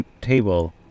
table